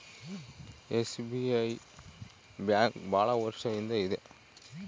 SBI bank ಭಾಳ ವರ್ಷ ಇಂದ ಇದೆ